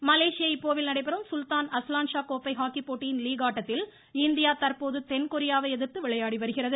hockey Malaysia இப்போவில் நடைபெறும் Sultan Azlan Shah கோப்பை ஹாக்கிப் போட்டியின் லீக் ஆட்டத்தில் இந்தியா தற்போது தென்கொரியாவை எதிர்த்து விளையாடி வருகிறது